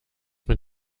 mit